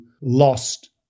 lost